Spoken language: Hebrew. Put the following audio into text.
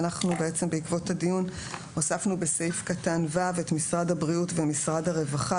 ובעקבות הדיון הוספנו בסעיף קטן 5(ו) את משרד הבריאות ומשרד הרווחה.